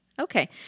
Okay